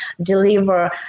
deliver